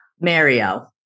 Mario